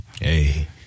Hey